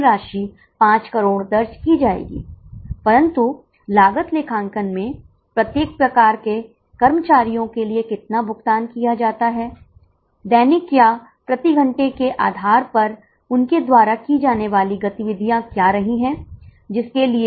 तो क्या आप पहचान करने में सक्षम हैं मंदिर में दान की लागत 3000 है जो एक निश्चित लागत है उपहार निश्चित लागत है बस किराया एक और निश्चित लागत है क्या हम बस का किराया परमिट लेंगे